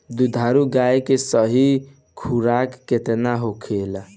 दुधारू गाय के सही खुराक केतना होखे?